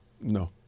no